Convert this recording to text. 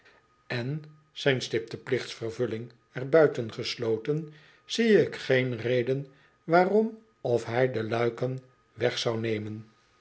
en zijn stipte plichts vervulling er buiten gesloten zie ik geen reden waarom of hij de luiken weg zou nemen